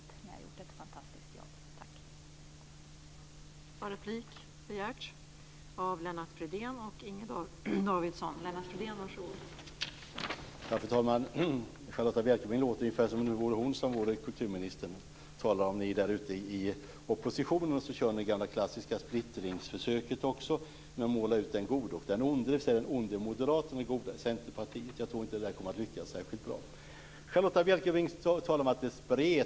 Ni har gjort ett fantastiskt jobb.